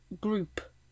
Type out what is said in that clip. group